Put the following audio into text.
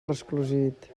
resclosit